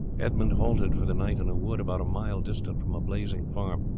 edmund halted for the night in a wood about a mile distant from a blazing farm,